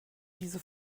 diese